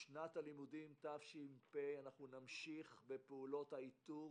בשנת הלימודים תש"ף נמשיך בפעילות האיתור,